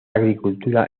agricultura